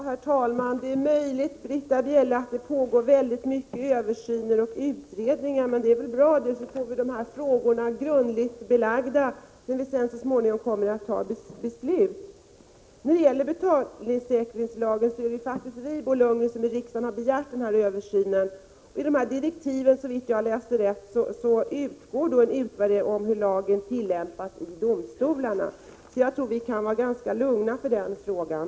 Herr talman! Det är möjligt, Britta Bjelle, att det pågår många översyner och utredningar. Men det är väl bra det, så har vi frågorna grundligt undersökta, när vi så småningom skall ta beslut. Då det gäller betalningssäkringslagen är det faktiskt vi, Bo Lundgren, som i riksdagen har begärt en översyn. I direktiven ingår, såvitt jag har läst rätt, att det skall göras en utvärdering av hur lagen tillämpas i domstolarna. Så jag tror vi kan vara ganska lugna på den punkten.